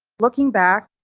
looking back,